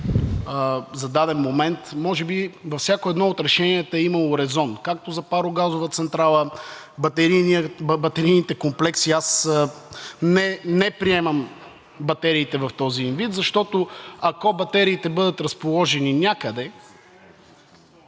за даден момент, може би във всяко едно от решенията е имало резон, както за парогазовата централа, батерийните комплекси – аз не приемам батериите им в този вид, защото, ако батериите бъдат разположени някъде…